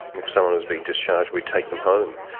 if someone was being discharged, we'd take them home.